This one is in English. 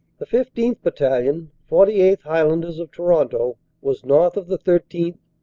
the fifteenth. battalion, forty eighth. highlanders of toronto, was north of the thirteenth,